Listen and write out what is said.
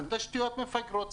עם תשתיות מפגרות,